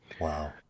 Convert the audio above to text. Wow